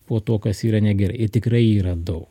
po to kas yra negerai ir tikrai yra daug